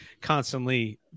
constantly